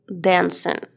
dancing